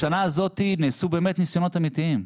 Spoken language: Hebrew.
בשנה הזאת נעשו באמת ניסיונות אמיתיים,